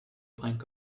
plank